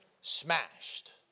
Smashed